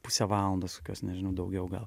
pusę valandos kokios nežinau daugiau gal